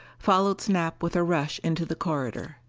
followed snap with a rush into the corridor.